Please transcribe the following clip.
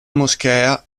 moschea